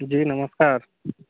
जी नमस्कार